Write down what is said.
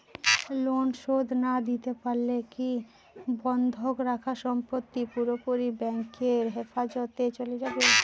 Loan শোধ না দিতে পারলে কি বন্ধক রাখা সম্পত্তি পুরোপুরি ব্যাংকের হেফাজতে চলে যাবে?